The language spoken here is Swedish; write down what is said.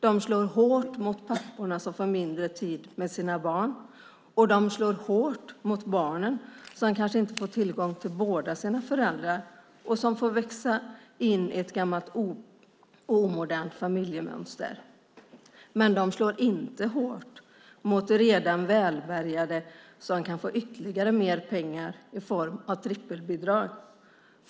Det slår hårt mot pappor, som får mindre tid med sina barn, och det slår hårt mot barnen, som kanske inte får tillgång till båda sina föräldrar och som får växa upp i ett gammalt omodernt familjemönster. Men det slår inte hårt mot redan välbärgade, som kan få ytterligare mer pengar i form av trippelbidrag.